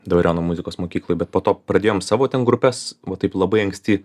dvariono muzikos mokykloj bet po to pradėjom savo ten grupes va taip labai anksti